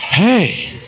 Hey